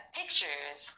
pictures